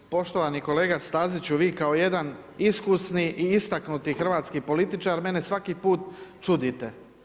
Poštovani kolega Staziću vi kao jedan iskusni i istaknuti hrvatski političar mene svaki put čudite.